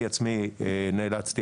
אני עצמי נאלצתי,